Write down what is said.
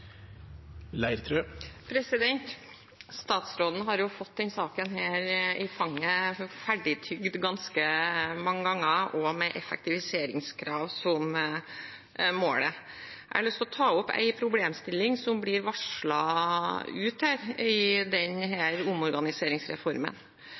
Statsråden har fått denne saken i fanget ferdigtygd ganske mange ganger og med effektiviseringskrav som mål. Jeg har lyst til å ta opp en problemstilling som blir varslet i